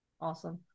Awesome